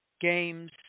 games